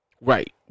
Right